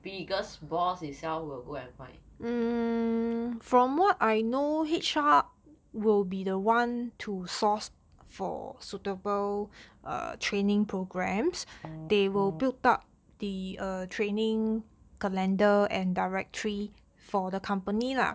biggest boss itself will go and find